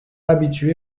habitué